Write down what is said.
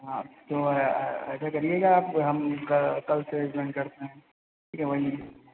हाँ तो ऐसा करिएगा आप हम कल से जॉइन करते हैं ठीक है मॉर्निंग में